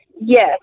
Yes